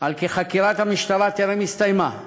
היא כי חקירת המשטרה טרם הסתיימה,